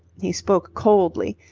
he spoke coldly,